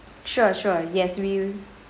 sure sure yes we